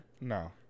No